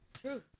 True